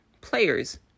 players